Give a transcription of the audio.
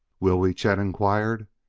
will we? chet inquired.